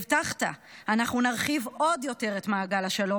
הבטחת: אנחנו נרחיב עוד יותר את מעגל השלום,